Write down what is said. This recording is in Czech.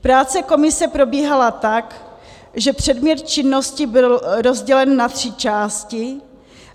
Práce komise probíhala tak, že předmět činnosti byl rozdělen na tři části